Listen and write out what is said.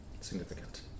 significant